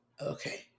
okay